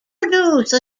produce